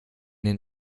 den